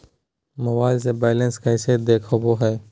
Mobile से balance कैसे देखाबो है?